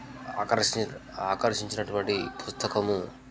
ఆకర్షి ఆకర్షించినటువంటి పుస్తకము